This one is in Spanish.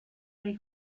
rey